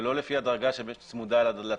ולא לפי הדרגה שצמודה לתפקיד.